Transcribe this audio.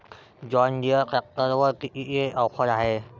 John Deere ट्रॅक्टरवर कितीची offer हाये?